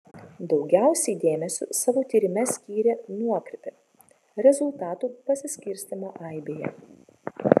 daugiausiai dėmesio savo tyrime skyrė nuokrypį rezultatų pasiskirstymą aibėje